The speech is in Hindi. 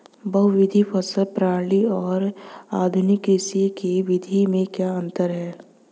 बहुविध फसल प्रणाली और आधुनिक कृषि की विधि में क्या अंतर है?